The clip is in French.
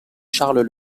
charles